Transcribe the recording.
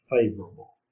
favorable